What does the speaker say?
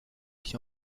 qui